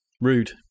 Rude